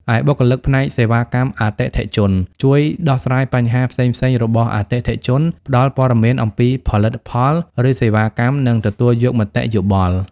ឯបុគ្គលិកផ្នែកសេវាកម្មអតិថិជន ជួយដោះស្រាយបញ្ហាផ្សេងៗរបស់អតិថិជន ផ្តល់ព័ត៌មានអំពីផលិតផល ឬសេវាកម្ម និងទទួលយកមតិយោបល់។